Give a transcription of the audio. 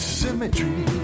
symmetry